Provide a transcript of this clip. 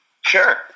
Sure